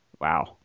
Wow